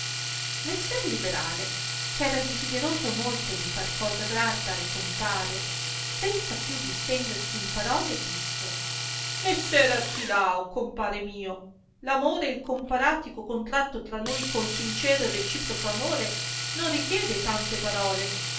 messer liberale ch'era desideroso molto di far cosa grata al compare senza più distendersi in parole disse messer artilao compare mio amore e il comparatico contratto tra noi con sincero e reciproco amore non richiede tante parole